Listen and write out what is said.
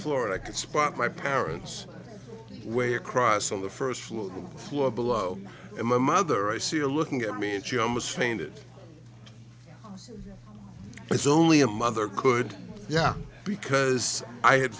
floor and i could spot my parents way across on the st floor of the floor below and my mother i see a looking at me and she almost fainted it's only a mother could yeah because i had